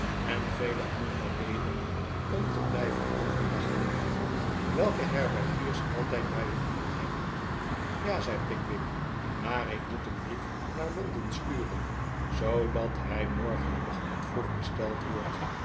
en vele andere redenen om te blijven overnachten welke herbergiers altijd bij de hand hebben ja zei pickwick rr maar ik moet een brief naar londen sturen zoodat hij morgenochtend vroeg besteld wordt